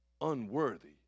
unworthy